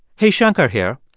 hey, shankar here.